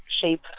shape